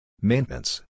Maintenance